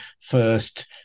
first